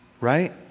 right